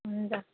हुन्छ